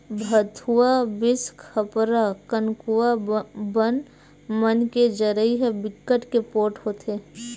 भथुवा, बिसखपरा, कनकुआ बन मन के जरई ह बिकट के पोठ होथे